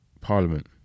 parliament